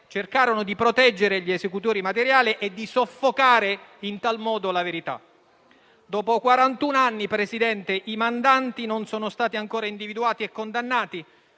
cercarono di proteggere gli esecutori materiali e di soffocare in tal modo la verità. Dopo quarantuno anni, Presidente, i mandanti non sono stati ancora individuati e condannati,